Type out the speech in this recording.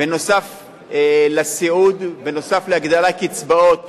נוסף על הסיעוד, נוסף על הגדלת קצבאות